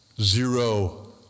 Zero